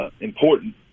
important